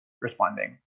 responding